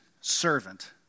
servant